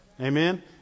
Amen